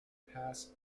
pass